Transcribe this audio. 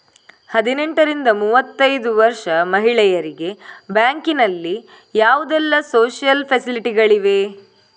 ಹದಿನೆಂಟರಿಂದ ಮೂವತ್ತೈದು ವರ್ಷ ಮಹಿಳೆಯರಿಗೆ ಬ್ಯಾಂಕಿನಲ್ಲಿ ಯಾವುದೆಲ್ಲ ಸೋಶಿಯಲ್ ಫೆಸಿಲಿಟಿ ಗಳಿವೆ?